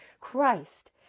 Christ